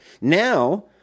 Now